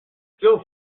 still